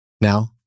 Now